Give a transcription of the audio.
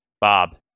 Bob